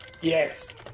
Yes